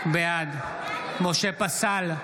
בעד משה פסל,